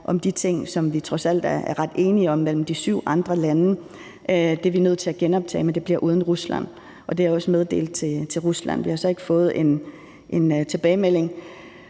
om de ting, som vi trods alt er ret enige om mellem de syv andre lande, og det er vi nødt til at genoptage, men det bliver uden Rusland, og det er også meddelt til Rusland. Vi har så ikke fået en tilbagemelding,